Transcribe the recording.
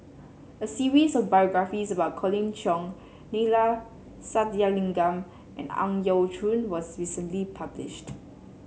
a series of biographies about Colin Cheong Neila Sathyalingam and Ang Yau Choon was recently published